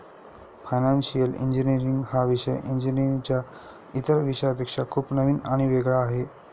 financial engineering हा विषय इंजिनीअरिंगच्या इतर विषयांपेक्षा खूप नवीन आणि वेगळा आहे